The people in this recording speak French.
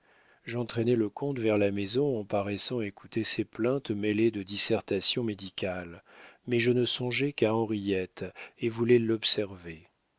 frappé j'entraînai le comte vers la maison en paraissant écouter ses plaintes mêlées de dissertations médicales mais je ne songeais qu'à henriette et voulais l'observer